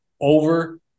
over